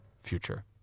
future